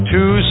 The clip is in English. Two